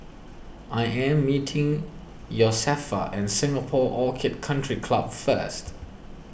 I am meeting Josefa at Singapore Orchid Country Club first